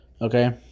Okay